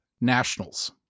nationals